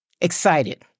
excited